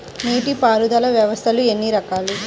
నీటిపారుదల వ్యవస్థలు ఎన్ని రకాలు?